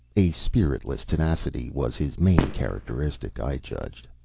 a spiritless tenacity was his main characteristic, i judged.